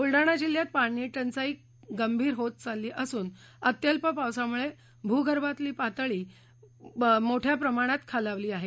बुलडाणा जिल्ह्यात पाणीटंचाई गंभीर होत चालली असून अत्यल्प पावसामुळे भूर्गभातली पाण्याची पातळी मोठया प्रमाणात खालावली आहे